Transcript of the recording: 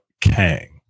Kang